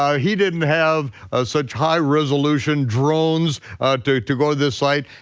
um he didn't have such high resolution drones to go this site.